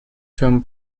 term